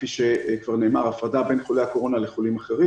כמו שכבר נאמר הפרדה בין חולי הקורונה לחולים אחרים.